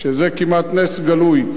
שזה כמעט נס גלוי.